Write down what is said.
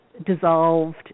dissolved